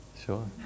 Sure